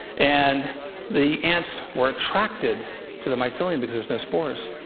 and the ants were attracted to the mycelium, because there's no spores.